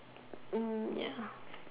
Hm ya